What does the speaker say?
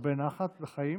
והרבה נחת וחיים,